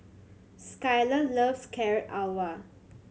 Skyler loves Carrot Halwa